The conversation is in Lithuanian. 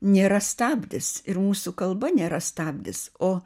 nėra stabdis ir mūsų kalba nėra stabdis o